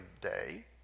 day